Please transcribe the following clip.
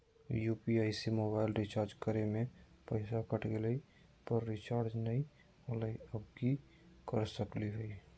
UPI से mobile recharge करे में पैसा कट गेलई, पर रिचार्ज नई होलई, अब की कर सकली हई?